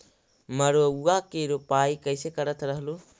मड़उआ की रोपाई कैसे करत रहलू?